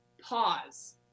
Pause